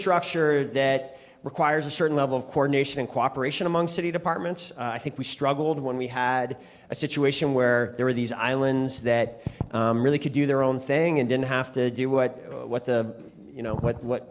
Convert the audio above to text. structure that requires a certain level of coordination and cooperation among city departments i think we struggled when we had a situation where there were these islands that really could do their own thing and didn't have to do what what the you know what